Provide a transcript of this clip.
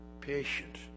patient